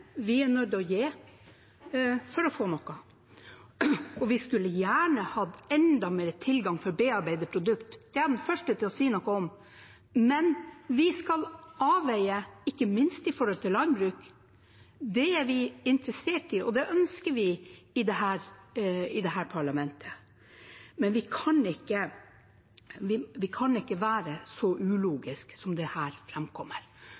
vi er nødt til å gi for å få noe. Vi skulle gjerne hatt enda bedre tilgang for bearbeidede produkter, det er jeg den første til å si noe om, men vi skal avveie, ikke minst i forhold til landbruk. Det er vi interessert i, og det ønsker vi i dette parlamentet. Men vi kan ikke være så ulogiske som det som her framkommer. Hvis man ikke kan